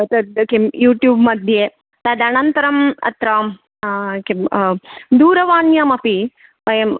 तद् किं यूट्यूब् मध्ये तदनन्तरम् अत्र किं दूरवाण्यामपि वयं